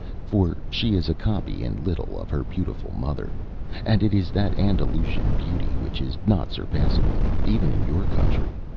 for she is a copy in little of her beautiful mother and it is that andalusian beauty which is not surpassable, even in your country.